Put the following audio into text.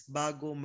bago